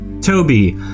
Toby